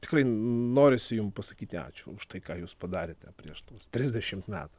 tikrai norisi jum pasakyti ačiū už tai ką jūs padarėte prieš trisdešimt metų